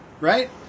right